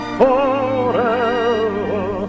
forever